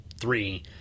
three